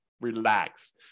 relax